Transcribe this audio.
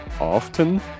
often